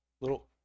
little